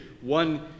one